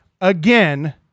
again